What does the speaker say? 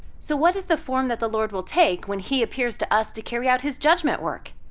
so what is the form that the lord will take when he appears to us to carry out his judgment work?